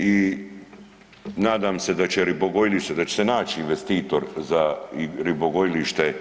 I nadam se da će ribogojilište, da će se naći investitor za ribogojilište